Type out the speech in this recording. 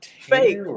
fake